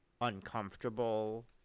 uncomfortable